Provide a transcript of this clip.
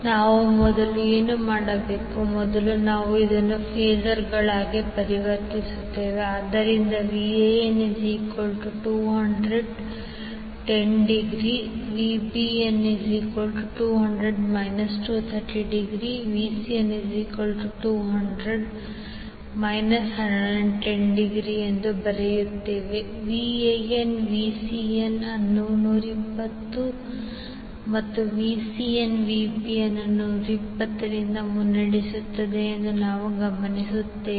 ನಾವು ಮೊದಲು ಏನು ಮಾಡಬೇಕು ಮೊದಲು ನಾವು ಅದನ್ನು ಫಾಸರ್ಗಳಾಗಿ ಪರಿವರ್ತಿಸುತ್ತೇವೆ ಆದ್ದರಿಂದ Van200∠10° Vbn200∠ 230° Vcn200∠ 110° Van Vcn ಅನ್ನು 120 ಮತ್ತು Vcn Vbn ಅನ್ನು 120 ರಿಂದ ಮುನ್ನಡೆಸುತ್ತದೆ ಎಂದು ನಾವು ಗಮನಿಸುತ್ತೇವೆ